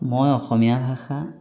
মই অসমীয়া ভাষা